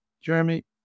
Jeremy